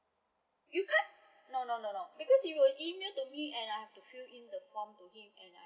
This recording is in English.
you can't no no no no because you will email to me and I have to fill in the form to him and I